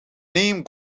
name